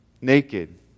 Naked